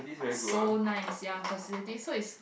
so nice ya facility so is